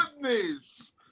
goodness